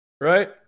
right